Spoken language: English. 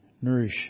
nourish